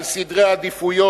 על סדרי העדיפות,